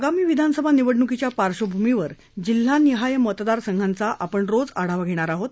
आगामी विधानसभा निवडणुकीच्या पार्श्वभूमीवर जिल्हानिहाय मतदार संघांचा आपण रोज आढावा घेणार आहोत